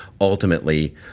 ultimately –